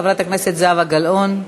חברת הכנסת זהבה גלאון.